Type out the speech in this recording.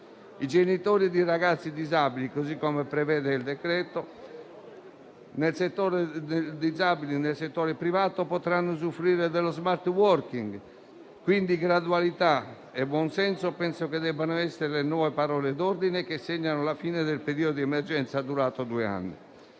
I genitori di ragazzi disabili - così come prevede il decreto-legge - nel settore privato potranno usufruire dello *smart working.* Ritengo quindi, che gradualità e buon senso debbano essere le nuove parole d'ordine che segnano la fine del periodo di emergenza durato due anni.